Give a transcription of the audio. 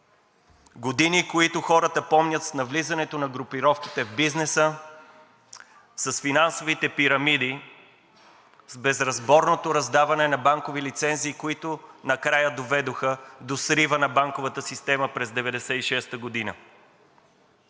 Години, които хората помнят с навлизането на групировките в бизнеса, с финансовите пирамиди, с безразборното раздаване на банкови лицензии, които накрая доведоха до срива на банковата система през 1996 г.